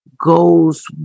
goes